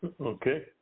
Okay